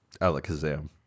Alakazam